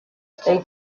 they